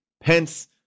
Pence